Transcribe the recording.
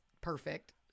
Perfect